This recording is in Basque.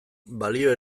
balio